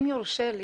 אם יורשה לי,